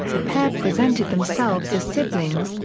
the pair presented themselves as siblings,